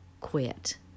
quit